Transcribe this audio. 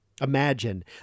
Imagine